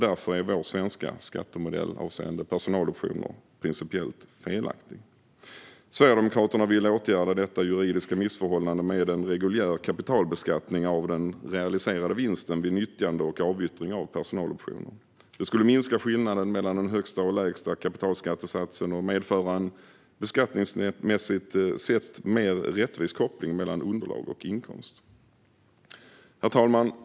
Därför är vår svenska skattemodell avseende personaloptioner principiellt felaktig. Sverigedemokraterna vill åtgärda detta juridiska missförhållande med en reguljär kapitalbeskattning av den realiserade vinsten vid nyttjande och avyttring av personaloptioner. Det skulle minska skillnaden mellan den högsta och den lägsta kapitalskattesatsen och medföra en beskattningsmässigt sett mer rättvis koppling mellan underlag och inkomst. Herr talman!